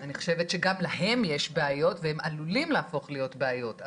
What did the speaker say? אני חושבת שגם להם יש בעיות והם עלולים להפוך להיות בעיות,